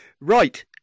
Right